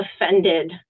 offended